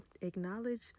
acknowledge